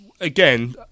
again